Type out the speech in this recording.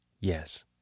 Yes